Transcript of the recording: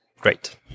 great